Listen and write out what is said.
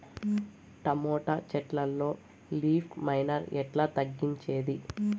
Tomato చెట్లల్లో leaf miner ఎట్లా తగ్గించేది?